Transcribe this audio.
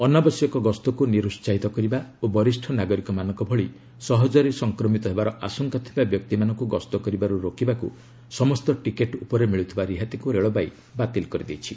ଅନାବଶ୍ୟକ ଗସ୍ତକ୍ର ନିର୍ସାହିତ କରିବା ଓ ବରିଷ୍ଣ ନାଗରିକମାନଙ୍କ ଭଳି ସହକରେ ସଂକ୍ରମିତ ହେବାର ଆଶଙ୍କା ଥିବା ବ୍ୟକ୍ତିମାନଙ୍କୁ ଗସ୍ତ କରିବାରୁ ରୋକିବାକୁ ସମସ୍ତ ଟିକେଟ୍ ଉପରେ ମିଳୁଥିବା ରିହାତିକୁ ରେଳବାଇ ବାତିଲ କରିଦେଇଛି